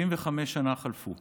75 שנה חלפו.